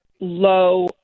low